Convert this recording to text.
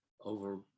over